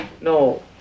No